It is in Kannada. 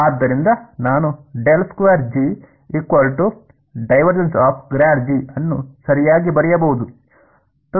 ಆದ್ದರಿಂದ ನಾನು ಅನ್ನು ಸರಿಯಾಗಿ ಬರೆಯಬಹುದು